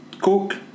coke